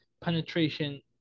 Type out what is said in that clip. Penetration